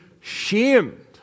shamed